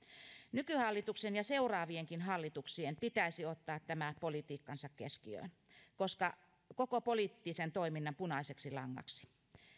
nykyhallituksen ja seuraavienkin hallituksien pitäisi ottaa tämä politiikkansa keskiöön koko poliittisen toiminnan punaiseksi langaksi